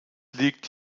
liegt